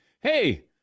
hey